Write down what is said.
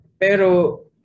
Pero